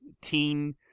teen